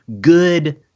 Good